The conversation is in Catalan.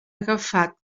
agafat